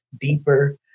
deeper